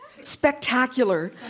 Spectacular